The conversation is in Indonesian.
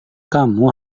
kamu